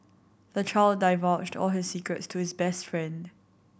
the child divulged all his secrets to his best friend